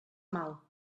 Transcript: mal